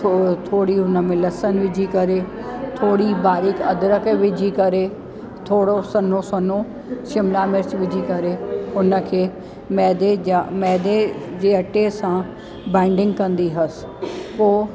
थो थोरी उन में लसन विझी करे थोरी बारिक अदरक विझी करे थोरो सनो सन्हो शिमला मिर्च विझी करे उन खे मैदे जा मैदे जे अटे सां बाईंडिंग कंदी हुअसि पोइ